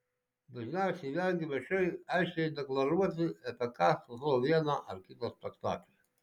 dažniausiai vengiu viešai aiškiai deklaruoti apie ką statau vieną ar kitą spektaklį